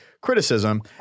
criticism